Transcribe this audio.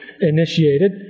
initiated